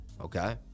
Okay